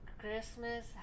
christmas